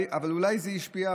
אבל אולי זה השפיע,